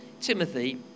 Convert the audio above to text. Timothy